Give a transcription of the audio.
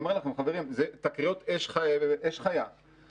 תומר גלאם, ראש עיריית אשקלון בזום הוא יצא.